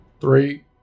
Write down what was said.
Three